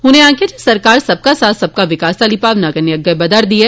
उनें आक्खेआ जे सरकार सबका साथ सबका विकास आली भावना कन्नै अग्गें बदा'रदी ऐ